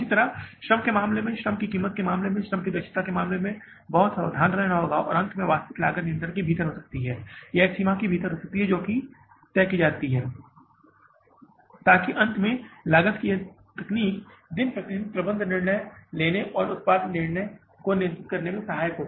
इसी तरह श्रम के मामले में भी हमें श्रम की कीमत के संदर्भ में श्रम की दक्षता के मामले में बहुत सावधान रहना होगा और अंत में वास्तविक लागत नियंत्रण के भीतर हो सकती है या एक सीमा के भीतर हो सकती है जो तय की जाती है या पूर्व में एक मानक के रूप में तय किया गया था ताकि अंत में लागत की यह तकनीक दिन प्रतिदिन प्रबंधन निर्णय लेने और उत्पाद की लागत को नियंत्रण में रखने में बहुत सहायक हो